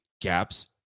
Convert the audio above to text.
gaps